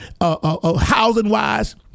housing-wise